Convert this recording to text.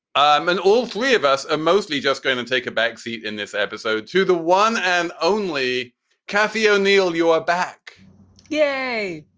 um and all three of us are mostly just going to take a back seat in this episode to the one and only kathy o'neal. you are back yay!